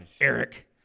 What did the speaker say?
Eric